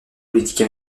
politique